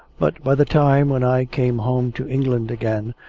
but, by the time when i came home to england again,